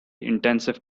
intensive